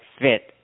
fit